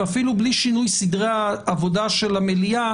ואפילו בלי שינוי סדרי העבודה של המליאה